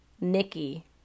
Nikki